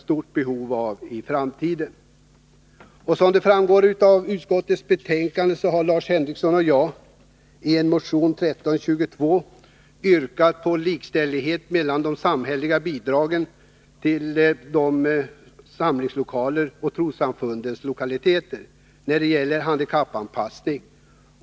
Som framgår av utskottets betänkande har Lars Henriksön och jag i motion 1322 yrkat på likställighet i behandlingen av de samhälleliga bidragen till allmänna samlingslokaler och bidragen till trossamfundens lokaler när det gäller handikappanpassning.